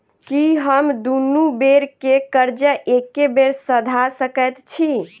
की हम दुनू बेर केँ कर्जा एके बेर सधा सकैत छी?